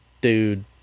Dude